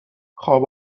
خواب